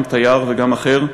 גם תייר וגם אחר,